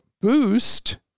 Boost